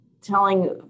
telling